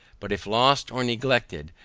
but if lost or neglected,